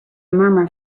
murmur